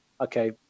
okay